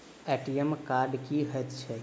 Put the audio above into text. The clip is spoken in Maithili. ए.टी.एम कार्ड की हएत छै?